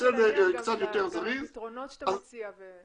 -- ולפתרונות שאתה מציע,